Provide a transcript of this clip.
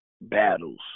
battles